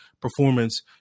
performance